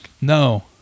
No